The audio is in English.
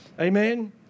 Amen